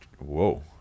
whoa